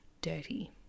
dirty